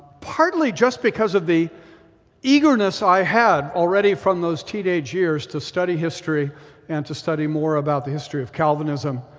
partly just because of the eagerness i had already from those teenage years to study history and to study more about the history of calvinism,